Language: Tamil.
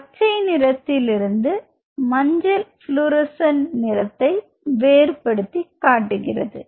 பச்சை நிறத்திலிருந்து மஞ்சள் புளோரசீன்ட் நிறத்தை வேறுபடுத்திக் காட்டுகிறது